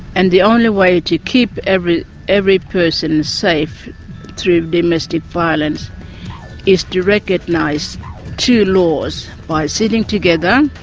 and the only way to keep every every person safe through domestic violence is to recognise two laws, by sitting together,